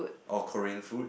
or Korean food